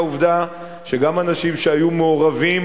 מהעובדה שגם אנשים שהיו מעורבים